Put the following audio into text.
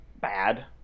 bad